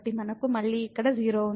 మనకు మళ్ళీ ఇక్కడ 0 ఉంది